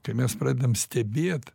kai mes pradedam stebėt